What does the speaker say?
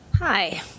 Hi